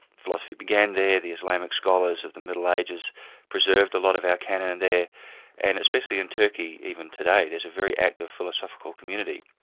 philosophy began there, the islamic scholars of the middle ages preserved a lot of our canon and there, and especially in turkey even today, there's a very active philosophical community,